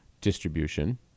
distribution